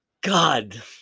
God